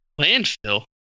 Landfill